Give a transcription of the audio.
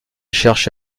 cherche